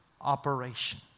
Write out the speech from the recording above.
operation